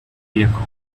vehicle